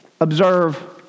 observe